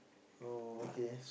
oh okay